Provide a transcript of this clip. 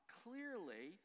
clearly